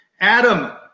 Adam